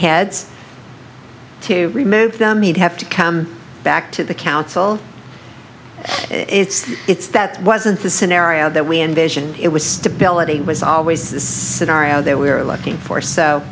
heads to remove them he'd have to come back to the council it's that it's that wasn't the scenario that we envisioned it was stability was always a scenario that we were looking for so